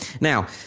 Now